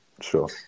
sure